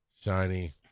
shiny